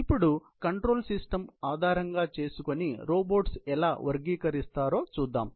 ఇప్పుడు control system ఆధారంగా చేసుకుని రోబోట్స్ ఎలా వర్గీకరిస్తారో చూద్దాం